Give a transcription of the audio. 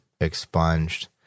expunged